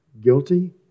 guilty